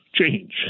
change